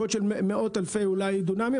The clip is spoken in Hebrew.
מאות אלפי דונמים.